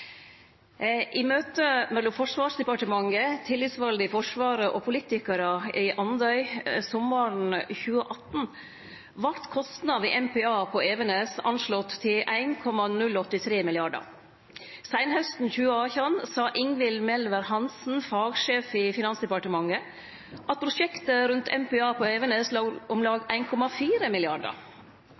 I møte mellom Forsvarsdepartementet, tillitsvalde i Forsvaret og politikarar i Andøy sommaren 2018 vart kostnader for MPA på Evenes anslått til 1,083 mrd. kr. Seinhausten 2018 sa Ingvild Melvær Hanssen, fagsjef i Finansdepartementet, at prosjektet rundt MPA på Evenes låg på om lag